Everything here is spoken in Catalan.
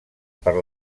per